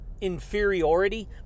inferiority